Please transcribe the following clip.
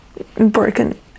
broken